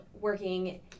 working